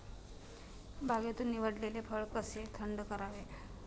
बागेतून निवडलेले फळ कसे थंड करावे?